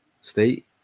State